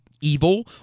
evil